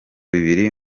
bibiri